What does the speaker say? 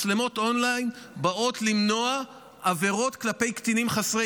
מצלמות האון-ליין באות למנוע עבירות כלפי קטינים חסרי